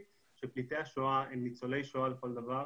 שפליטי השואה הם ניצולי שואה לכל דבר,